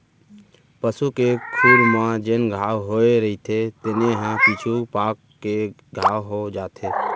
पसू के खुर म जेन घांव होए रइथे तेने ह पीछू पाक के घाव हो जाथे